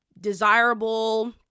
desirable